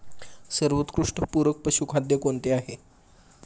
सर्वोत्कृष्ट पूरक पशुखाद्य कोणते आहे?